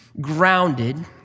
grounded